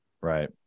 Right